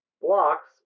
blocks